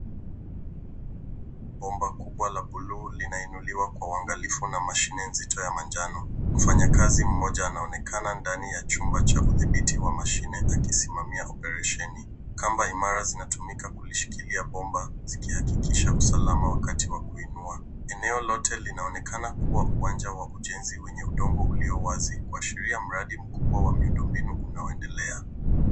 Bomba kubwa la bluu linainuliwa kwa uangalifu na mashine nzito ya manjano. Mfanyikazi mmoja anaonekana ndani ya chumba cha udhibiti wa mashine akisimamia oparesheni. Kamba imara zinatumika kuishikilia bomba zikihakikisha usalama wakati wa kuinua. Eneo lote linaonekana kuwa uwanja wa ujenzi wenye udongo uliowazi kuashiria mradi mkubwa wa miundombinu unaoendelea.